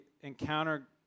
encounter